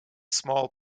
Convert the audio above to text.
small